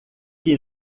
que